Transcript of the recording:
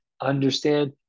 understand